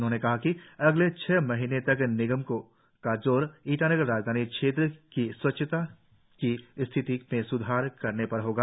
उन्होने कहा कि अगले छह महीने तक निगम का जोर ईटानगर राजधानी क्षेत्र की स्वच्छता की स्थिति में सुधार करने पर होगा